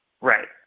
right